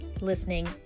listening